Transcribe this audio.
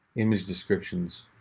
image descriptions.